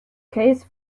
case